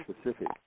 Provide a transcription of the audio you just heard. specific